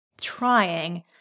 trying